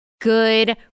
Good